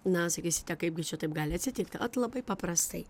na sakysite kaipgi čia taip gali atsitikt ot labai paprastai